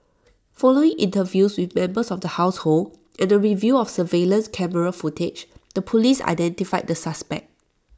following interviews with members of the household and A review of surveillance camera footage the Police identified the suspect